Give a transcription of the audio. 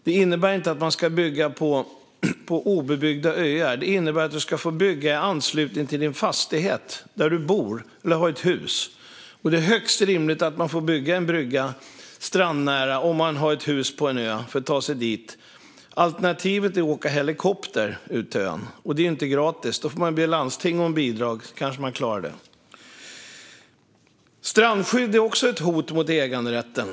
Det innebär inte att man ska bygga på obebyggda öar. Det innebär att man ska få bygga i anslutning till sin fastighet där man bor eller har ett hus. Det är högst rimligt att man får bygga en brygga strandnära om man har ett hus på en ö för att kunna ta sig dit. Alternativet är att åka helikopter ut till ön. Det är inte gratis. Då får man be regionen om bidrag. Då kanske man klarar det. Strandskydd är också ett hot mot äganderätten.